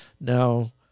Now